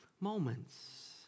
moments